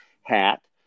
hat